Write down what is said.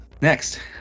Next